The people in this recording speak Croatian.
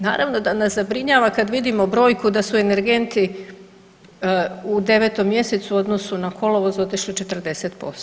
Naravno da nas zabrinjava kad vidimo brojku da su energenti u 9 mjesecu u odnosu na kolovoz otišli 40%